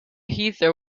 heather